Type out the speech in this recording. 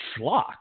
schlock